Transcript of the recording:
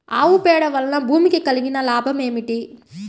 ఆవు పేడ వలన భూమికి కలిగిన లాభం ఏమిటి?